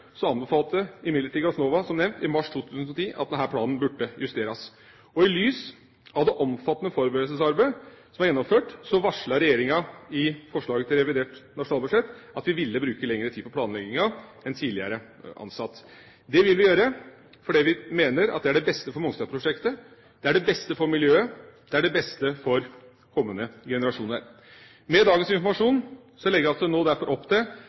så anbefalte imidlertid Gassnova, som nevnt, i mars 2010 at denne planen burde justeres. Og i lys av det omfattende forberedelsesarbeidet som er gjennomført, varslet regjeringa i forslaget til revidert nasjonalbudsjett at vi ville bruke lengre tid på planleggingen enn tidligere antatt. Det vil vi gjøre fordi vi mener at det er det beste for Mongstad-prosjektet. Det er det beste for miljøet, og det er det beste for kommende generasjoner. Med dagens informasjon legges det nå derfor opp til